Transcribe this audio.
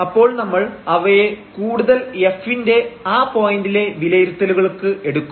അപ്പോൾ നമ്മൾ അവയെ കൂടുതൽ f ന്റെ ആ പോയന്റിലെ വിലയിരുത്തലുകൾക്ക് എടുക്കും